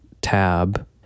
tab